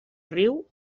riu